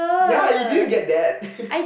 ya you didn't get that